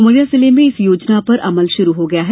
उमरिया जिले में इस योजना पर अमल शुरू हो गया है